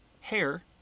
hair